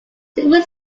several